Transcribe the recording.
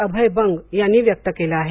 अभय बंग यांनी व्यक्त केलं आहे